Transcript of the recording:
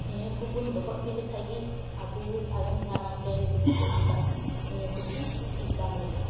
ᱱᱤᱭᱟᱹ ᱠᱚᱵᱚᱱ ᱫᱚᱦᱚ ᱤᱫᱤ ᱞᱮᱠᱷᱟᱱᱜᱮ ᱟᱵᱚ ᱛᱟᱭᱚᱢ ᱫᱟᱨᱟᱢᱨᱮᱱ ᱢᱟᱹᱭ ᱵᱟᱹᱵᱩ ᱛᱟᱠᱚ ᱠᱚ ᱱᱤᱭᱟᱹ ᱠᱚᱠᱚ ᱪᱮᱫ ᱫᱟᱲᱮᱭᱟᱜᱼᱟ